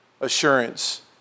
assurance